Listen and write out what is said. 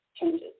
Changes